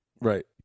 Right